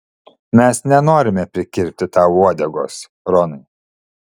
mes nenorime prikirpti tau uodegos ronai